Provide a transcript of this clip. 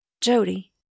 Jody